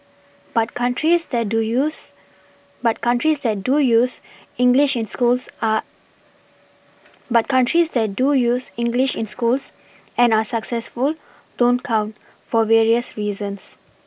but countries that do use but countries that do use English in schools are but countries that do use English in schools and are successful don't count for various reasons